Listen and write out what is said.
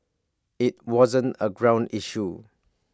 IT wasn't A ground issue